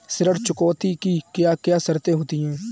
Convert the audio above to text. ऋण चुकौती की क्या क्या शर्तें होती हैं बताएँ?